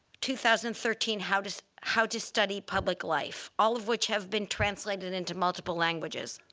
two thousand and thirteen how to how to study public life, all of which have been translated into multiple languages.